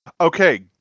Okay